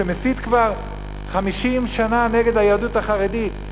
שמסית כבר 50 שנה נגד היהדות החרדית,